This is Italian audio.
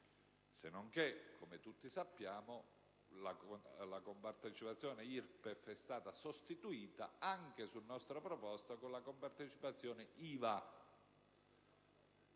senonchè, come tutti sappiamo, la compartecipazione IRPEF è stata sostituita, anche su nostra proposta, con la compartecipazione IVA.